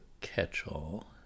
catch-all